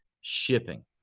shipping